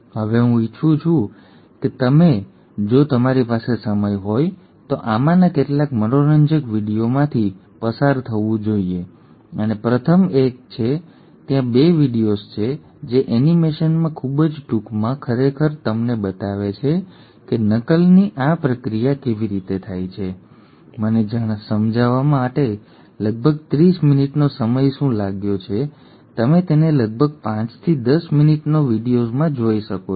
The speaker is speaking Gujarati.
હવે હું ઇચ્છું છું કે તમે જો તમારી પાસે સમય હોય તો આમાંના કેટલાક મનોરંજક વિડિઓઝમાંથી પસાર થવું જોઈએ અને પ્રથમ એક છે ત્યાં 2 વિડિઓઝ છે જે એનિમેશનમાં ખૂબ જ ટૂંકમાં ખરેખર તમને બતાવે છે કે નકલની આ પ્રક્રિયા કેવી રીતે થાય છે મને સમજાવવા માટે લગભગ 30 મિનિટનો સમય શું લાગ્યો છે તમે તેને લગભગ 5 થી 10 મિનિટનો વિડિઓ જોઈ શકો છો